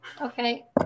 Okay